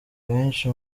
benshi